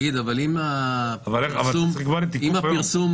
אם הפרסום